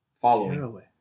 following